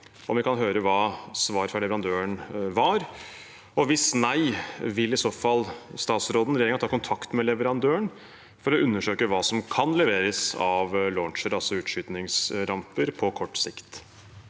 vi få høre hva svaret fra leverandøren var? Hvis nei: Vil i så fall statsråden og regjeringen ta kontakt med leverandøren for å undersøke hva som kan leveres av launchere, altså utskytningsramper, på kort sikt?